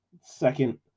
second